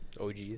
OGs